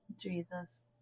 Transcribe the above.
Jesus